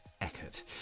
Eckert